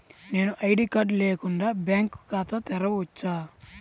నేను ID card లేకుండా bank ఖాతా తెరవచ్చా?